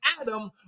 adam